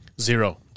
Zero